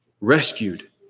rescued